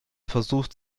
versucht